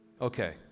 Okay